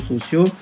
sociaux